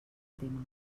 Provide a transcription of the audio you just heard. tema